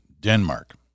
Denmark